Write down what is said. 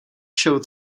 show